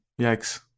Yikes